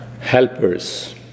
Helpers